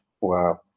Wow